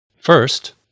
First